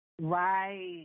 Right